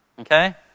Okay